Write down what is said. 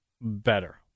better